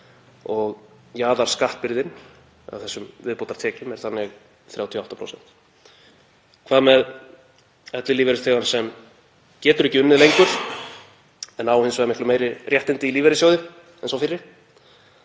og jaðarskattbyrðin af þessum viðbótartekjum er þannig 38%. Hvað með ellilífeyrisþegann sem getur ekki unnið lengur en á hins vegar miklu meiri réttindi í lífeyrissjóði en sá fyrri?